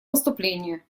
выступление